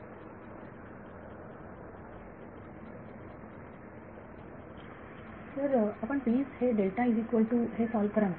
विद्यार्थी सर आपण प्लीज हे डेल्टा इज इक्वल टू हे सॉल्व्ह करा ना